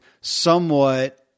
somewhat